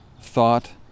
thought